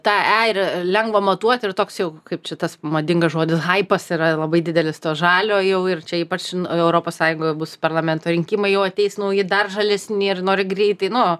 tą e ir lengva matuot ir toks jau kaip čia tas madingas žodis haipas yra labai didelis to žalio jau ir čia ypač europos sąjungoje bus ir parlamento rinkimai jau ateis nauji dar žalesni ir nori greitai nu